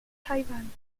taiwan